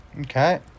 Okay